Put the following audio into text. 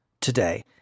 today